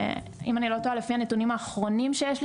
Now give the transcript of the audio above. אם אני לא טועה לפי הנתונים האחרונים שיש לי